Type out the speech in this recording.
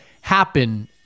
happen